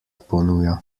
ponuja